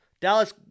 Dallas